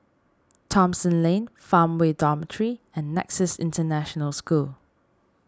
Thomson Lane Farmway Dormitory and Nexus International School